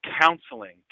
counseling